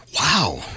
Wow